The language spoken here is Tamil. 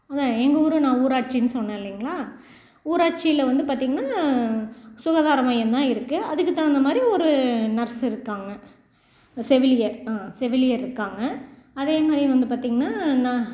அதுதான் எங்கள் ஊர் நான் ஊராட்சின்னு சொன்ன இல்லைங்களா ஊராட்சியில் வந்து பார்த்தீங்கன்னா சுகாதார மையம் தான் இருக்குது அதுக்கு தகுந்த மாதிரி ஒரு நர்ஸ் இருக்காங்க செவிலியர் ஆ செவிலியர் இருக்காங்க அதே மாதிரி வந்து பார்த்தீங்கன்னா நான்